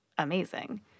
amazing